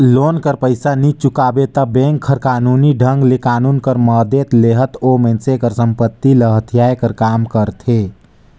loan कर पइसा नी चुकाबे ता बेंक हर कानूनी ढंग ले कानून कर मदेत लेहत ओ मइनसे कर संपत्ति ल हथियाए कर काम करथे